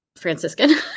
Franciscan